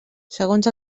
segons